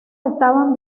estaban